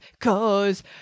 Cause